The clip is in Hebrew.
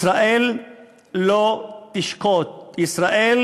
ישראל לא תשקוט, ישראל